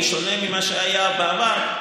בשונה ממה שהיה בעבר,